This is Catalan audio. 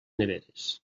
neveres